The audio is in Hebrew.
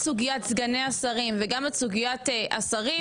סוגית סגני השרים וגם את סוגית השרים,